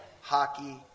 hockey